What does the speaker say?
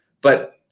But-